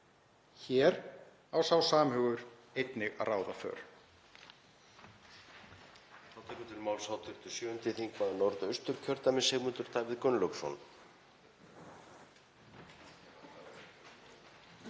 Hér á sá samhugur einnig ráða för.